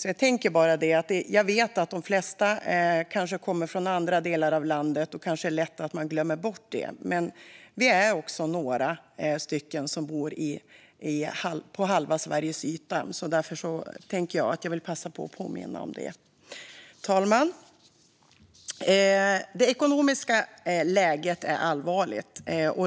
Jag vet att de flesta kommer från andra delar av landet, och då är det kanske lätt att glömma bort detta. Men vi är också några som bor i den norra halvan av Sverige. Därför vill jag passa på att påminna om detta. Fru talman! Det ekonomiska läget är allvarligt.